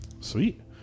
sweet